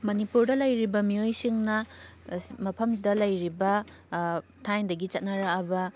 ꯃꯅꯤꯄꯨꯔꯗ ꯂꯩꯔꯤꯕ ꯃꯤꯑꯣꯏꯁꯤꯡꯅ ꯃꯐꯝꯁꯤꯗ ꯂꯩꯔꯤꯕ ꯊꯥꯏꯅꯗꯒꯤ ꯆꯠꯅꯔꯛꯑꯕ